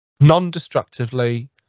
non-destructively